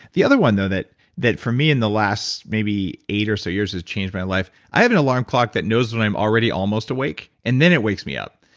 the other one, though, that that for me, in the last, maybe, eight or so years has changed my life. i have an alarm clock that knows when i'm already almost awake, and then it wakes me up.